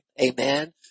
Amen